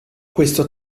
questo